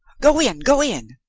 go in, go in!